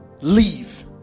leave